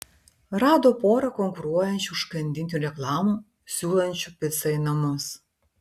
rado porą konkuruojančių užkandinių reklamų siūlančių picą į namus